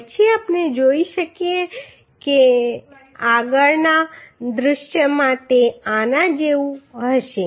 પછી આપણે જોઈ શકીએ છીએ કે આગળના દૃશ્યમાં તે આના જેવું હશે